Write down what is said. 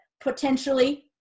potentially